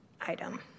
item